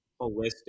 holistic